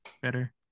better